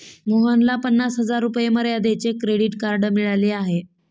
मोहनला पन्नास हजार रुपये मर्यादेचे क्रेडिट कार्ड मिळाले आहे